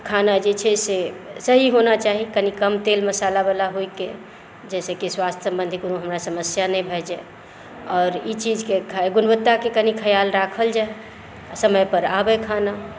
खाना जे छै से सही होना चाही कनी कम तेल मसाला वाला होइके जाहिसॅं कि स्वास्थ सम्बन्धी कोनो हमरा समस्या नहि भए जाय आओर ई चीजके गुणवत्ताके कनी खयाल राखल जाय समय पर आबै खाना